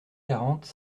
quarante